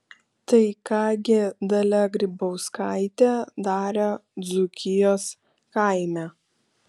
tai ką gi dalia grybauskaitė darė dzūkijos kaime